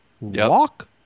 Walk